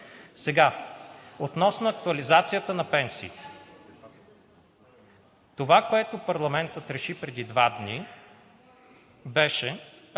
Относно актуализацията на пенсиите. Това, което парламентът реши преди два дни, беше